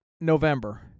November